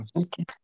Okay